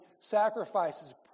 sacrifices